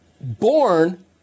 born